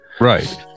right